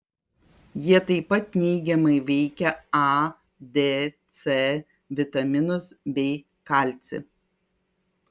jie tai pat neigiamai veikia a d c vitaminus bei kalcį